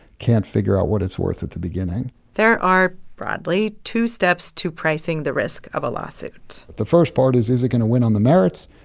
can't figure out what it's worth at the beginning there are, broadly, two steps to pricing the risk of a lawsuit the first part is, is it going to win on the merits?